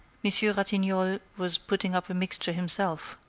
monsieur ratignolle was putting up a mixture himself,